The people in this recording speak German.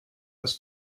dass